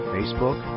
Facebook